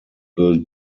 built